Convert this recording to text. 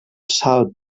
salt